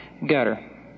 gutter